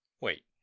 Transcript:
Wait